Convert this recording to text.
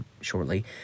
shortly